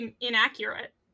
inaccurate